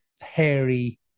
hairy